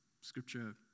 Scripture